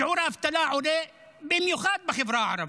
שיעור האבטלה עולה במיוחד בחברה הערבית,